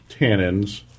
tannins